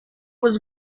was